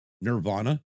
Nirvana